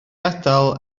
adael